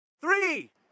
Three